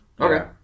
Okay